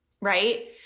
Right